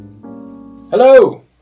Hello